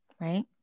right